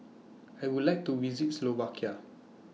I Would like to visit Slovakia